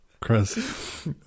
Chris